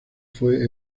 fue